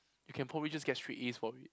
you can probably just get straight As from it